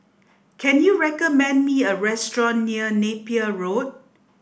can you recommend me a restaurant near Napier Road